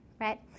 right